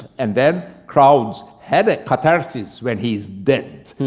and then crowds had a catharsis, when he's dead.